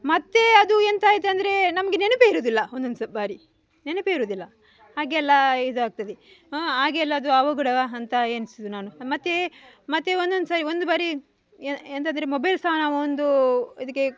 ಮತ್ತೆ ಅದು ಎಂತ ಆಯಿತಂದ್ರೆ ನಮಗೆ ನೆನಪೇ ಇರುವುದಿಲ್ಲ ಒಂದೊಂದು ಬಾರಿ ನೆನಪೇ ಇರುವುದಿಲ್ಲ ಹಾಗೆಲ್ಲಾ ಇದು ಆಗ್ತದೆ ಆಗೆಲ್ಲ ಅದು ಅವಘಡ ಅಂತ ಎಣ್ಸೋದು ನಾನು ಮತ್ತು ಮತ್ತು ಒಂದೊಂದು ಸರಿ ಒಂದು ಬಾರಿ ಎಂತಂದರೆ ಮೊಬೈಲ್ ಸಹ ನಾವು ಒಂದು ಇದಕ್ಕೆ